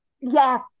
Yes